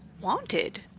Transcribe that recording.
wanted